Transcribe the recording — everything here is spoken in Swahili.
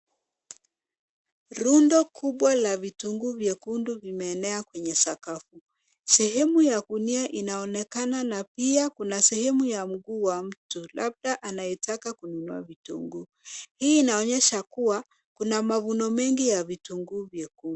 Rundo kubwa la vitunguu vyekundu vimeenea kwenye sakafu. Sehemu ya gunia inaonekana na pia kuna sehemu ya mguu wa mtu, labda anayetaka kununua vitunguu. Hii inaonyesha kuwa kuna mavuno mengi ya vitunguu vyekundu.